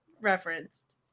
referenced